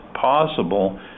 possible